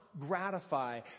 gratify